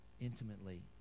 intimately